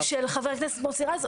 של חבר הכנסת מוסי רז.